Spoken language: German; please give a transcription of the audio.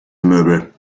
möbel